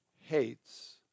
hates